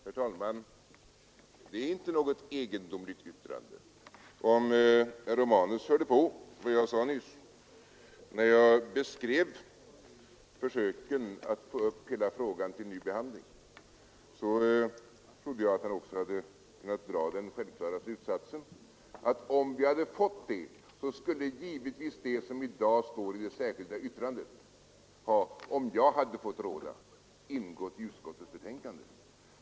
Herr talman! Det är inte något egendomligt yttrande. Om herr Romanus hörde på vad jag sade nyss, när jag beskrev försöken att få upp hela frågan till ny behandling, så borde han också ha kunnat dra den självklara slutsatsen att om vi hade fått den ordning vi önskade så skulle givetvis — om jag hade fått råda — det som i dag står i det särskilda yttrandet ha ingått i utskottets betänkande.